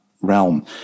realm